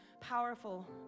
powerful